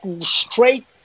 straight